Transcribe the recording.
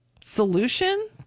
solution